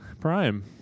Prime